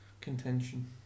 contention